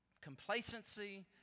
complacency